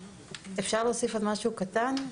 אפשר להוסיף עוד משהו קטן?